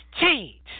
change